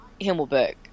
Himmelberg